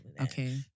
Okay